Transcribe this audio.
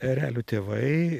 erelių tėvai